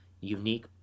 unique